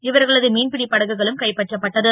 இவர்களது மீன்பிடி படகுகளும் கைப்பற்றப்பட்டது